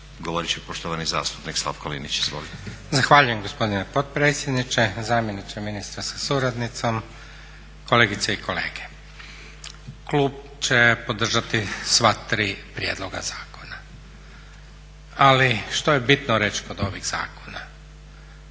govorit će poštovani zastupnik Slavko Linić, izvolite. **Linić, Slavko (Nezavisni)** Zahvaljujem gospodine potpredsjedniče, zamjeniče ministra sa suradnicom, kolegice i kolege. Klub će podržati sva tri prijedloga zakona. Ali što je bitno reći kod ovih zakona?